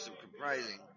comprising